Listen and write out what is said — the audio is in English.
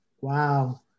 Wow